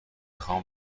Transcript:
خوام